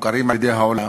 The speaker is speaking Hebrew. המוכרים על-ידי העולם,